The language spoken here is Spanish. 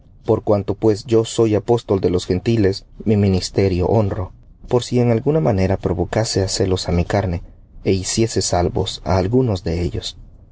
por cuanto pues yo soy apóstol de los gentiles mi ministerio honro por si en alguna manera provocase á celos á mi carne é hiciese salvos á algunos de ellos